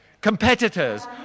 Competitors